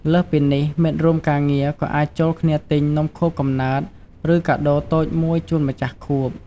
លើសពីនេះ មិត្តរួមការងារក៏អាចចូលគ្នាទិញ នំខួបកំណើត ឬ កាដូរតូចមួយ ជូនម្ចាស់ខួប។